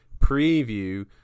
preview